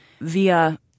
via